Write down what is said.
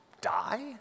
die